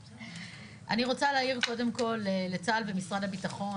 אני רוצה להעיר קודם כל לצה"ל ולמשרד הביטחון,